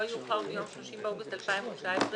לא יאוחר מיום כ"ט באב התשע"ט (30 באוגוסט 2019),